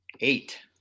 Eight